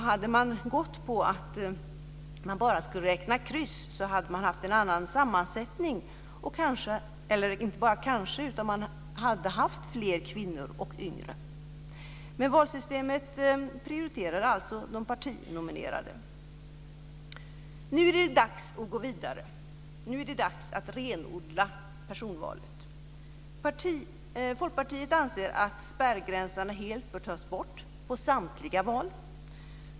Hade man bara räknat kryss hade man haft en annan sammansättning och fler kvinnor och yngre, men valsystemet prioriterade alltså de partinominerade. Nu är det dags att gå vidare. Nu är det dags att renodla personvalet. Folkpartiet anser att spärrgränserna helt bör tas bort i samtliga val.